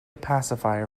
pacifier